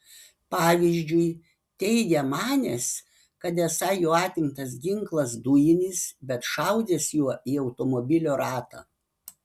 pavyzdžiui teigia manęs kad esą jo atimtas ginklas dujinis bet šaudęs juo į automobilio ratą